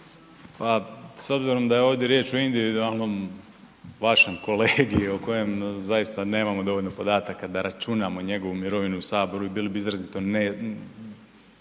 Pa s obzirom da je ovdje riječ o individualnom vašem kolegi o kojem zaista nemamo dovoljno podataka da računamo njegovu mirovinu u Saboru, bili bi izrazito na